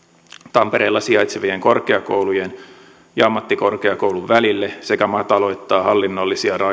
tampereella sijaitsevien korkeakoulujen ja ammattikorkeakoulun välille sekä mataloittaa hallinnollisia